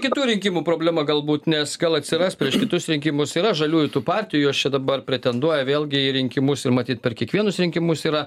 kitų rinkimų problema galbūt nes gal atsiras prieš kitus rinkimus yra žaliųjų tų partijų jos čia dabar pretenduoja vėlgi į rinkimus ir matyt per kiekvienus rinkimus yra